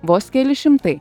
vos keli šimtai